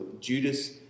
Judas